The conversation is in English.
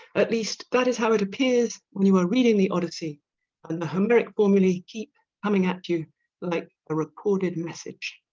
at least that is how it appears when you are reading the odyssey and the homeric formula keep coming at you like a recorded message